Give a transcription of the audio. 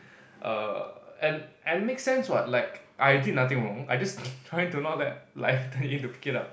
err and and makes sense what like I did nothing wrong I just trying to not let like telling him to pick it up